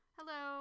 Hello